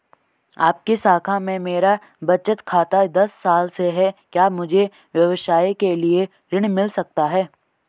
आपकी शाखा में मेरा बचत खाता दस साल से है क्या मुझे व्यवसाय के लिए ऋण मिल सकता है?